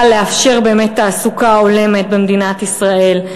לאפשר באמת תעסוקה הולמת במדינת ישראל,